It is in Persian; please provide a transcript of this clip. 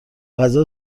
غذا